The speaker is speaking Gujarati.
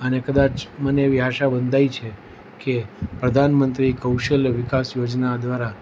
અને કદાચ મને એવી આશા બંધાઈ છે કે પ્રધાનમંત્રી કૌશલ્ય વિકાસ યોજના દ્વારા